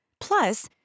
Plus